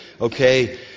okay